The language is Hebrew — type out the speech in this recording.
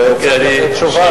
וצריך לתת תשובה עליה.